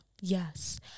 Yes